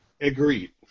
agreed